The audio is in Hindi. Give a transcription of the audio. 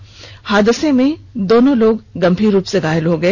इस हादसे में दोनों लोग गंभीर रूप से घायल हो गए